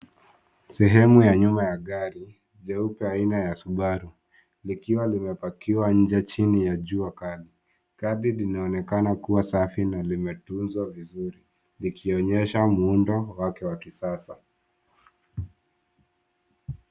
Sehemu ya nyuma ya gari jeupe aina ya Subaru likiwa limepakiwa nje chini ya jua kali. Gari linaonekana kuwa safi na limetunzwa vizuri likionyesha muundo wake wa kisasa.